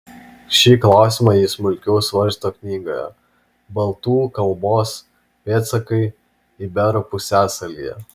šį klausimą ji smulkiau svarsto knygoje baltų kalbos pėdsakai iberų pusiasalyje